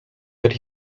that